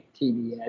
TBS